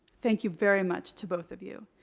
thank you very much to both of you.